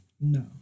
No